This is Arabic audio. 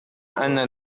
أنك